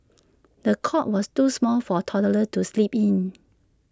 the cot was too small for toddler to sleep in